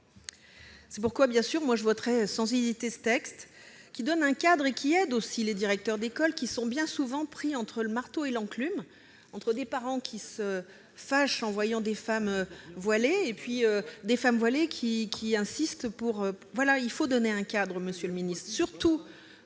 C'est pourquoi je voterai sans hésiter ce texte qui donne un cadre et aide les directeurs d'école, bien souvent pris entre le marteau et l'enclume, entre des parents qui se fâchent en voyant des femmes voilées et des femmes voilées qui insistent pour